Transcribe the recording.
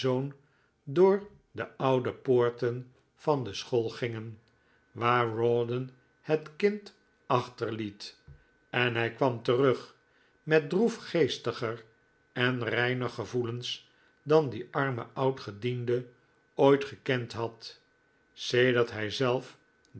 door de oude poorten van de school gingen waar rawdon het kind achterliet en hij kwam terug met droefgeestiger en reiner gevoelens dan die arme oudgediende ooit gekend had sedert hijzelf